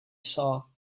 saw